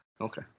Okay